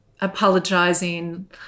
apologizing